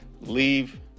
leave